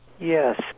Yes